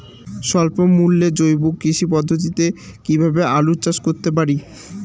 স্বল্প মূল্যে জৈব কৃষি পদ্ধতিতে কীভাবে আলুর চাষ করতে পারি?